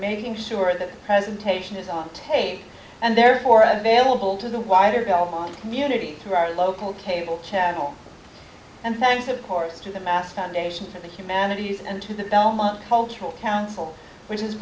making sure that the presentation is on tape and therefore available to the wider gulf on community to our local cable channel and times of course to the mass foundation for the humanities and to the belmont cultural council which is